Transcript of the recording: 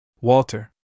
Walter